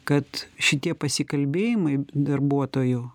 kad šitie pasikalbėjimai darbuotojų